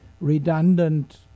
redundant